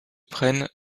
prennent